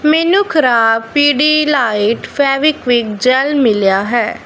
ਮੈਨੂੰ ਖ਼ਰਾਬ ਪਿਡਿਲੀਟ ਫੇਵਿਕਵਿਕ ਜੈੱਲ ਮਿਲਿਆ ਹੈ